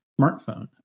smartphone